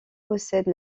possède